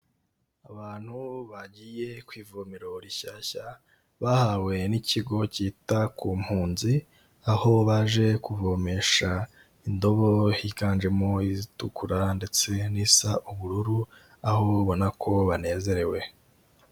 Abantu bagiye ku ivomero rishyashya, bahawe n'ikigo cyita ku mpunzi, aho baje kuvomesha indobo higanjemo izitukura ndetse n'isa ubururu, aho babona ko banezerewe.